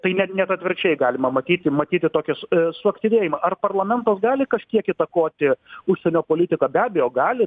tai ne net atvirkščiai galima matyti matyti tokis suaktyvėjimą ar parlamentas gali kažkiek įtakoti užsienio politiką be abejo gali